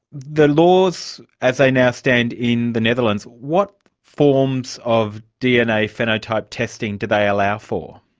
the laws as they now stand in the netherlands, what forms of dna phenotype testing do they allow for?